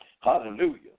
Hallelujah